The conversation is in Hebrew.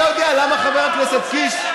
אתה יודע למה, חבר הכנסת קיש?